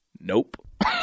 nope